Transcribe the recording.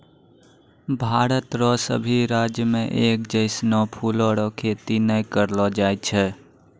भारत रो सभी राज्य मे एक जैसनो फूलो रो खेती नै करलो जाय छै